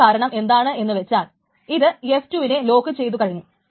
അതിനു കാരണം എന്താണെന്നു വച്ചാൽ ഇത് f2 വിനെ ലോക്കുചെയ്തു കഴിഞ്ഞു